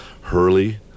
Hurley